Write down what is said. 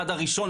צעד ראשון